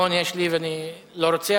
נכון, יש לי, ואני לא רוצה.